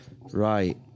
Right